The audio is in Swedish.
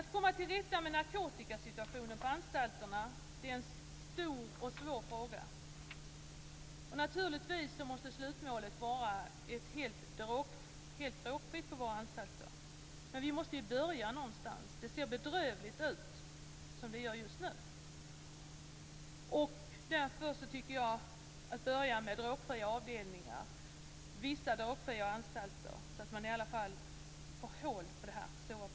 Att komma till rätta med narkotikasituationen på anstalterna är en stor och svår fråga. Naturligtvis måste slutmålet vara att det skall vara helt drogfritt på våra anstalter. Men vi måste börja någonstans. Det ser bedrövligt ut just nu. Därför tycker jag att det går att börja med drogfria avdelningar och vissa drogfria anstalter för att skapa ett hål i problemet.